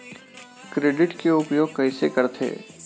Credit के उपयोग कइसे करथे?